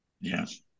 Yes